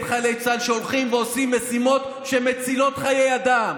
חיילי צה"ל שהולכים ועושים משימות שמצילות חיי אדם,